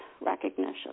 recognition